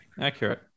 Accurate